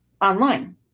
online